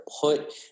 put